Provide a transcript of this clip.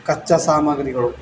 ಕಚ್ಚಾ ಸಾಮಗ್ರಿಗಳು